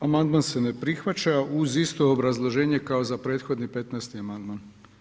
Amandman se ne prihvaća uz isto obrazloženje kao za prethodni 15. amandman.